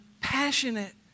passionate